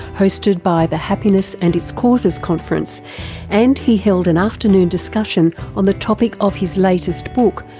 hosted by the happiness and its causes conference and he held an afternoon discussion on the topic of his latest book,